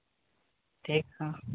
ᱴᱷᱤᱠ ᱦᱮᱸ